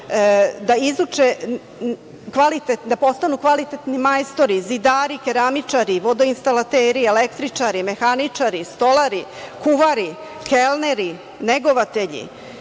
da izuče da postanu kvalitetni majstori, zidari, keramičari, vodoinstalateri, električari, mehaničari, stolari, kuvari, kelneri, negovatelji,